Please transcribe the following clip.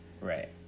right